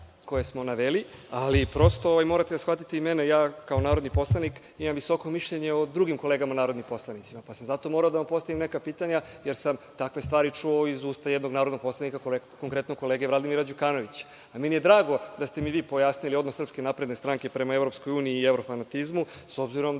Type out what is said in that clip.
koje smo naveli. Prosto, morate da shvatite i mene, ja kao narodni poslanik imam visoko mišljenje o drugim kolegama narodnim poslanicima, pa sam zato morao da vam postavim neka pitanja, jer sam takve stvari čuo iz usta jednog narodnog poslanika, konkretno kolege Vladimira Đukanovića. Meni je drago da ste mi vi pojasnili odnos SNS prema EU i evrofanatizmu, s obzirom da